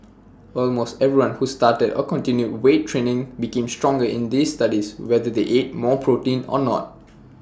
almost everyone who started or continued weight training became stronger in these studies whether they ate more protein or not